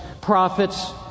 prophets